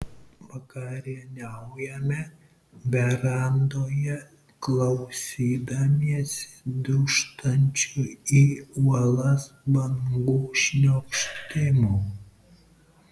vakarieniaujame verandoje klausydamiesi dūžtančių į uolas bangų šniokštimo